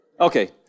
Okay